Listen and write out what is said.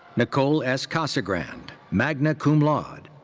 nicole s. casagrand, magna cum laude.